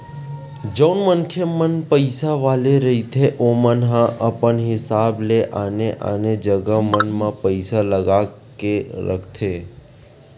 जउन मनखे मन पइसा वाले रहिथे ओमन ह अपन हिसाब ले आने आने जगा मन म पइसा लगा के रखथे